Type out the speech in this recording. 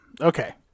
Okay